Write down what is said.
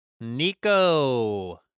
Nico